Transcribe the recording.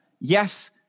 yes